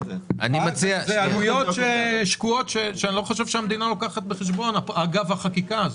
אלה עלויות שקועות שאני לא חושב שהמדינה לוקחת בחשבון אגב החקיקה הזאת.